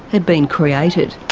had been created.